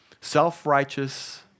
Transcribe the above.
self-righteous